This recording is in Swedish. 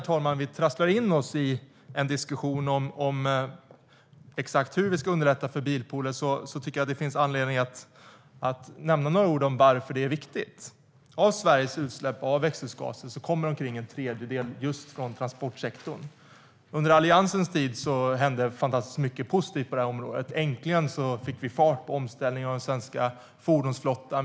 Innan vi trasslar in oss i en diskussion om exakt hur vi ska underlätta för bilpooler finns det anledning att nämna några ord om varför det är viktigt. Av Sveriges utsläpp av växthusgaser kommer omkring en tredjedel just från transportsektorn. Under Alliansens tid hände fantastiskt mycket positivt på området. Äntligen fick vi fart på omställningen av den svenska fordonsflottan.